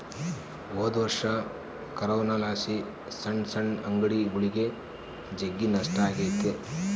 ಹೊದೊರ್ಷ ಕೊರೋನಲಾಸಿ ಸಣ್ ಸಣ್ ಅಂಗಡಿಗುಳಿಗೆ ಜಗ್ಗಿ ನಷ್ಟ ಆಗೆತೆ